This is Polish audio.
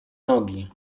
nogi